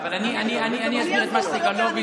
אבל אני אסביר את מה שסגלוביץ' אני אעזור לך,